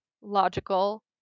logical